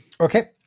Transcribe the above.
Okay